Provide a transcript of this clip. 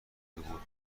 بود